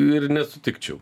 ir nesutikčiau